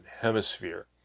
Hemisphere